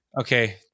okay